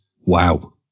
wow